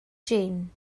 jin